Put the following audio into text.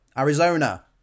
Arizona